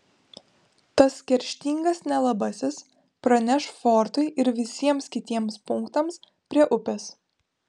tas kerštingas nelabasis praneš fortui ir visiems kitiems punktams prie upės